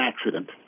accident